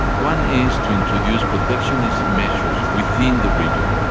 one is to introduce protectionist measures within the region,